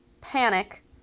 panic